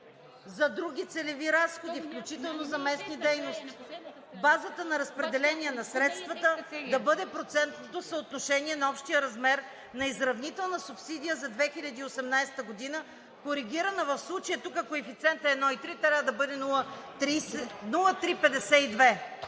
за други целеви разходи, включително за местни дейности. Базата на разпределение на средствата да бъде процентното съотношение на общия размер на изравнителна субсидия за 2018 г., коригирана, в случая тук коефициентът е 1,3, трябва да бъде 0,352.